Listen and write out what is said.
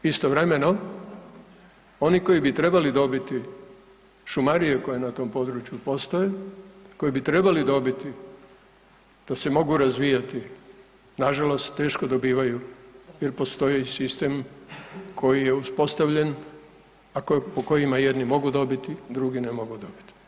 Istovremeno, oni koji bi trebali dobiti, šumarije koje na tom području postoje, koji bi trebali dobiti da se mogu razvijati, nažalost teško dobivaju jer postoji i sistem koji je uspostavljen, a po kojima jedni mogu dobiti, drugi ne mogu dobiti.